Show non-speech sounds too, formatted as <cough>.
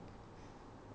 <noise>